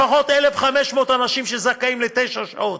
לפחות 1,500 אנשים שזכאים לתשע שעות,